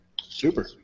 Super